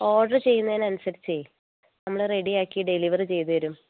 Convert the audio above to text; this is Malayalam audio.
ഓർഡർ ചെയ്യുന്നതിന് അനുസരിച്ചേ നമ്മൾ റെഡി ആക്കി ഡെലിവറി ചെയ്തുതരും